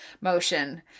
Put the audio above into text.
motion